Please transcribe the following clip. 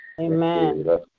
Amen